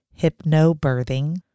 hypnobirthing